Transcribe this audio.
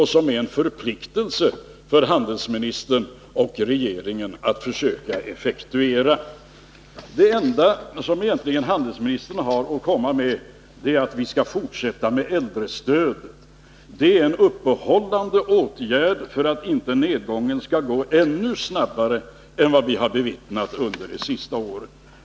Det är en förpliktelse för handelsministern och regeringen att försöka effektuera det. Det enda som handelsministern egentligen har att komma med är att vi skall fortsätta med äldrestödet. Det är en uppehållande åtgärd för att nedgången inte skall gå ännu snabbare än vi har kunnat bevittna under de senaste åren.